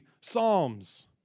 psalms